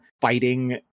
fighting